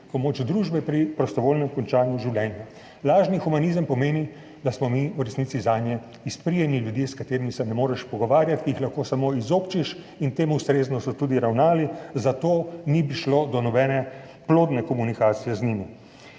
pomoč družbe pri prostovoljnem končanju življenja. Lažni humanizem pomeni, da smo mi v resnici zanje izprijeni ljudje, s katerimi se ne moreš pogovarjati, lahko jih samo izobčiš, in temu ustrezno so tudi ravnali, zato ni prišlo do nobene plodne komunikacije z njimi.